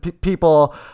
people